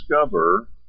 discover